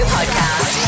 Podcast